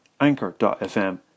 anchor.fm